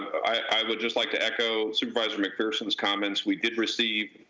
i would just like to echo supervisor mcpherson's comments. we did receive.